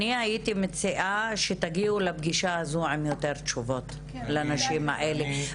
אני הייתי מציעה שתגיעו לפגישה הזו עם יותר תשובות לנשים האלה.